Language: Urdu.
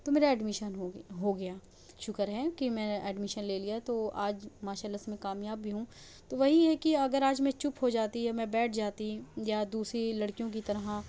تو میرا ایڈمیشن ہو گیا ہو گیا شکر ہے کہ میں ایڈمیشن لے لیا تو آج ماشاء اللہ سے میں کامیاب بھی ہوں تو وہی ہے کہ اگر آج میں چپ ہو جاتی اور میں بیٹھ جاتی یا دوسری لڑکیوں کی طرح